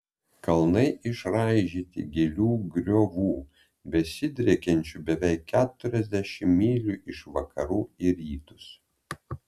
kalnai išraižyti gilių griovų besidriekiančių beveik keturiasdešimt mylių iš vakarų į rytus